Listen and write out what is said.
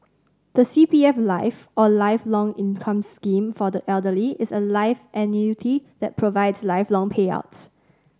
the C P F Life or Lifelong Income Scheme for the Elderly is a life annuity that provides lifelong payouts